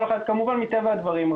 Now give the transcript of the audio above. מטבע הדברים,